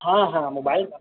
हाँ हाँ मोबाइल का